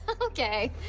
Okay